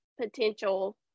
potential